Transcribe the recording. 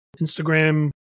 Instagram